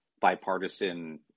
bipartisan